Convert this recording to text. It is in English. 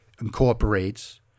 incorporates